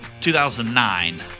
2009